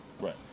Right